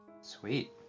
Sweet